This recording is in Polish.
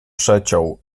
przeciął